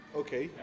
okay